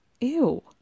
Ew